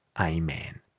Amen